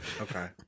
okay